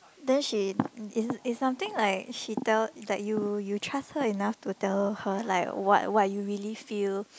then she is is something like she tell like you you trust her enough to tell her like what what you really feel